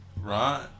right